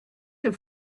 have